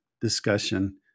discussion